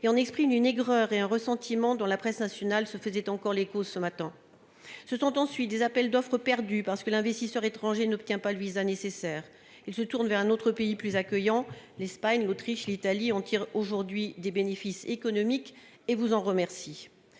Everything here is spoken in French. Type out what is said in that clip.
et on exprime une aigreur et un ressentiment dans la presse nationale se faisait encore l'écho ce matin ce sont ensuite des appels d'offres perdu parce que l'investisseur étranger n'obtient pas le VISA nécessaire, il se tourne vers un autre pays plus accueillants, l'Espagne, l'Autriche, l'Italie en tire aujourd'hui des bénéfices économiques et vous en remercie